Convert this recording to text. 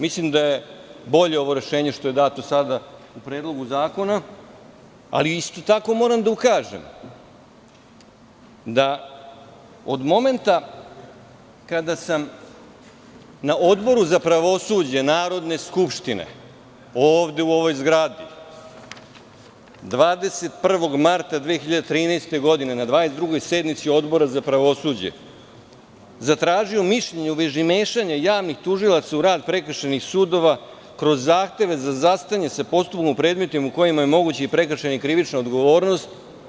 Mislim da je bolje ovo rešenje što je dato sada u predlogu zakona, ali isto tako moram da ukažem da od momenta kada sam na Odboru za pravosuđe Narodne skupštine, ovde u ovoj zgradi, 21. marta 2013. godine, na 22. sednici Odbora za pravosuđe, zatražio mišljenje u vezi mešanja javnih tužilaca u rad prekršajnih sudova kroz zahteve za zastajanje sa postupkom u predmetima u kojima je moguća i prekršajna i krivična odgovornost.